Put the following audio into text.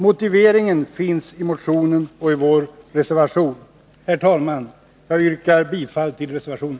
Motiveringen finns i motionen 374 och i vår reservation. Herr talman! Jag yrkar bifall till reservationen.